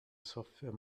software